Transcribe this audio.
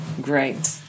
Great